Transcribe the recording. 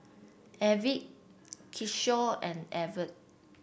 Arvind Kishore and Arvind